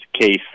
case